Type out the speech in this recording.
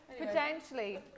Potentially